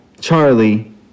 Charlie